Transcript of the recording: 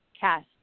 cast